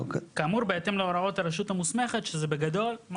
"כאמור בהתאם להוראות הרשות המוסמכת" שזה בגדול מה